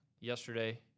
yesterday